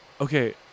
okay